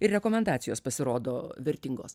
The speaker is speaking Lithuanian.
ir rekomendacijos pasirodo vertingos